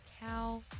cow